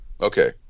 Okay